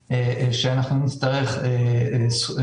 שמתקיימות בשעות אחר הצהריים.